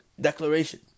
declaration